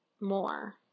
more